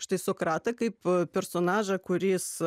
štai sokratą kaip personažą kuris